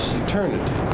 eternity